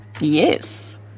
Yes